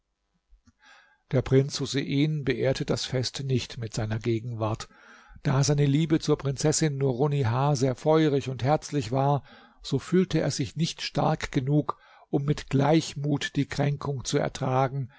der prinz husein beehrte das fest nicht mit seiner gegenwart da seine liebe zur prinzessin nurunnihar sehr feurig und herzlich war so fühlte er sich nicht stark genug um mit gleichmut die kränkung zu ertragen